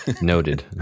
Noted